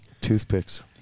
Toothpicks